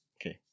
Okay